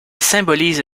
symbolise